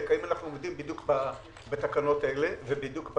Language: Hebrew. האם אנחנו עומדים בדיוק בתקנות האלה ובכללים